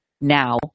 now